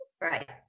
Right